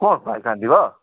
କ'ଣ ପାଇଁ କାନ୍ଦିବ